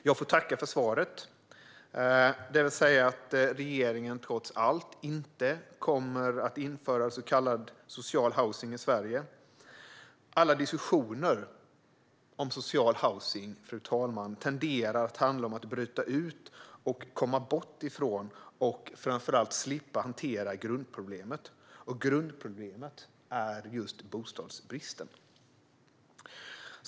Jag får tacka för svaret, det vill säga att regeringen trots allt inte kommer att införa så kallad social housing i Sverige. Alla diskussioner om social housing tenderar att handla om att bryta ut, komma bort ifrån och framför allt slippa hantera grundproblemet, som är just bostadsbristen.